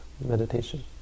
meditation